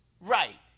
right